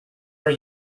are